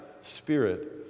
spirit